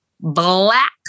black